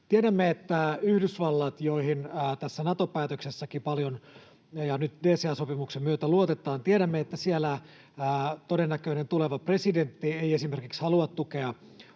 Tiedämme, että Yhdysvalloissa, joihin tässä Nato-päätöksessäkin ja nyt DCA-sopimuksen myötä paljon luotetaan, todennäköinen tuleva presidentti ei esimerkiksi halua tukea